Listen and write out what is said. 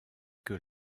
que